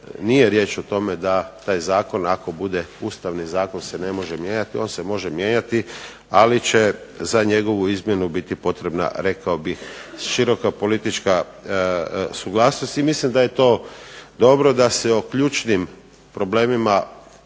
nije riječ o tome da taj zakon ako bude Ustavni zakon se ne može mijenjati, on se može mijenjati, ali će za njegovu izmjenu biti potrebna rekao bih široka politička suglasnost. I mislim da je to dobro, da se o ključnim problemima